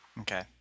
Okay